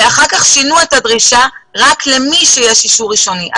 אחר כך שינו את הדרישה רק למי שיש אישור ראשוני.